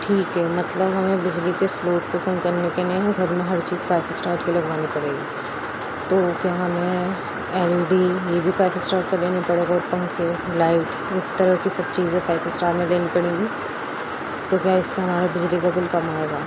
ٹھیک ہے مطلب ہمیں بجلی کے اس لوٹ کو کم کرنے کے لیے ہم گھر میں ہر چیز فائیو اسٹار کی لگوانی پڑے گی تو کیا حال ہے ایل ای ڈی یہ بھی فائیو اسٹار کا لینی پڑے گا اور پنکھے لائٹ اس طرح کی سب چیزیں فائیو اسٹار میں لینی پڑیں گی تو کیا اس سے ہمارا بجلی کا بل کم آے گا